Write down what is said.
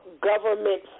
Government